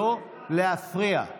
לא להפריע.